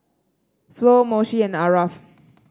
Flo Moshe and Aarav